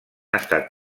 estat